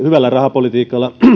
hyvällä rahapolitiikalla